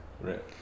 right